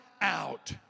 out